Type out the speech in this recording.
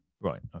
Right